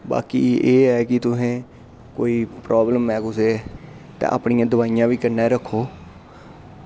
बाकी एह् ऐ कि तुसें कोई प्राब्लम ऐ कुसै ई तां अपनियां दोआइयां बी कन्नै रक्खो